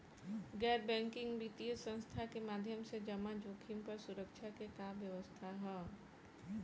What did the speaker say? गैर बैंकिंग वित्तीय संस्था के माध्यम से जमा जोखिम पर सुरक्षा के का व्यवस्था ह?